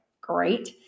great